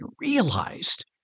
realized